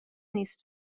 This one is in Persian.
نیست